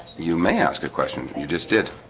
you may ask a question. you just did